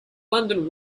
london